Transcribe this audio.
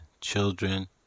children